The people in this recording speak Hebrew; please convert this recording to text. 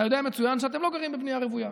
אתה יודע מצוין שאתם לא גרים בבנייה רוויה.